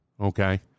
okay